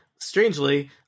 strangely